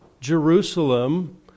Jerusalem